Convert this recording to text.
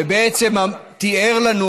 ובעצם תיאר לנו